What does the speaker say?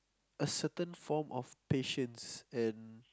a certain form of patience and